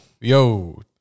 Yo